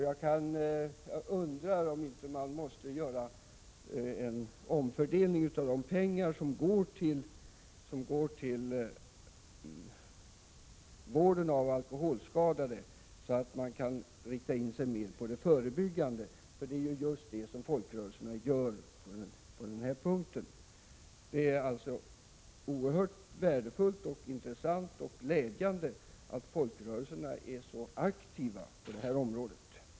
Jag undrar om det inte måste till en omfördelning av de pengar som går till vården av alkoholskadade, så att man mera kan rikta in sig på förebyggande åtgärder. Det är ju den uppgift som folkrörelserna har i detta sammanhang. Det är således oerhört värdefullt, intressant och glädjande att folkrörelserna är så aktiva på detta område.